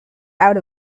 out